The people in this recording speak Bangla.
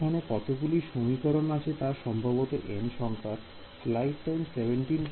এখানে কতগুলি সমীকরণ আছে তা সম্ভবত n সংখ্যার